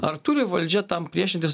ar turi valdžia tam priešintis